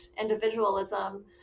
individualism